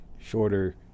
shorter